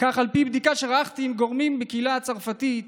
כך על פי בדיקה שערכתי עם גורמים בקהילה הצרפתית,